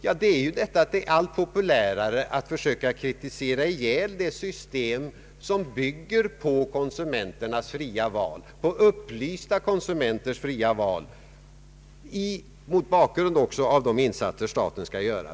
Jo, det har blivit allt populärare att försöka kritisera ihjäl det system som bygger på upplysta konsumenters fria val mot bakgrunden av de insatser staten skall göra.